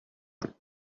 gone